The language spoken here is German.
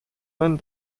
man